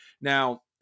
Now